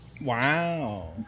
Wow